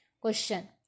Question